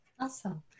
Awesome